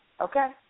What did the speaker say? okay